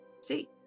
See